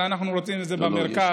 אבל אנחנו רוצים את זה במרכז,